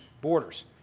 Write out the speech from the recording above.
borders